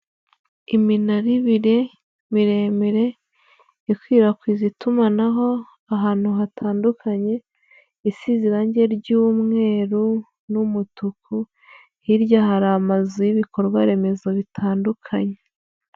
Iminara ibiri miremire ikwirakwiza itumanaho ahantu hatandukanye, isize irangi ry'umweru n'umutuku, hirya hari amazu y'ibikorwaremezo bitandukanye.